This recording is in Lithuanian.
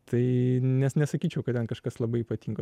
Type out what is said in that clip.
tai nes nesakyčiau kad ten kažkas labai ypatingo